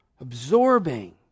absorbing